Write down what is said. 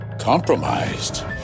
compromised